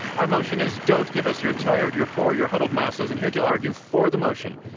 our motion is don't give us your tired, your poor, your huddled masses. and here to argue for the motion,